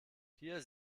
hier